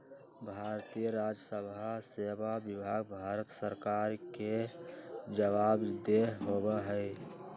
भारतीय राजस्व सेवा विभाग भारत सरकार के जवाबदेह होबा हई